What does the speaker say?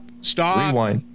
stop